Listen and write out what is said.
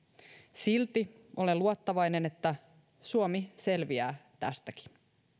silti olen luottavainen että suomi selviää tästäkin